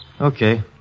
Okay